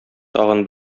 тагын